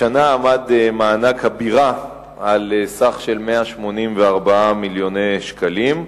השנה עמד מענק הבירה על סכום של 184 מיליון שקלים.